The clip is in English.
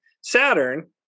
Saturn